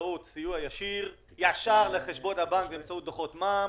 באמצעות סיוע ישיר ישר לחשבון הבנק באמצעות דוחות מע"מ